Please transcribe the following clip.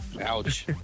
Ouch